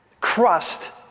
crust